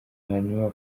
hanyuma